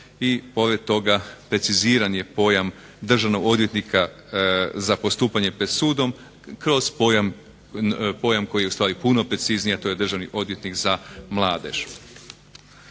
pored toga preciziran je pojam državnog odvjetnika za postupanje pred sudom kroz pojam koji je ustvari puno precizniji, a to je Državni odvjetnik za mladež.